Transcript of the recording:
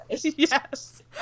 Yes